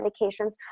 medications